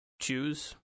choose